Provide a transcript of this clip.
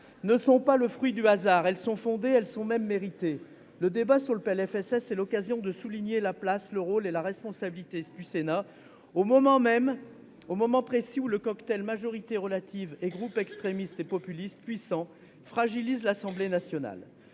ne sont pas le fruit du hasard. Elles sont fondées, et même méritées. L'examen du PLFSS est l'occasion de souligner la place, le rôle et la responsabilité du Sénat au moment précis où le cocktail fait d'une majorité relative et de groupes extrémistes et populistes puissants fragilise l'Assemblée nationale.